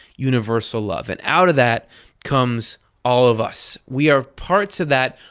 universal love. and out of that comes all of us. we are parts of that,